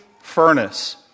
furnace